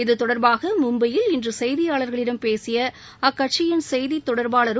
இது தொடர்பாக மும்பையில் இன்று சுய்தியாளர்களிடம் பேசிய அக்கட்சியின் செய்தித் தொடர்பாளரும்